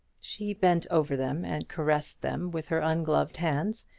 she bent over them and caressed them with her ungloved hands,